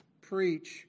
preach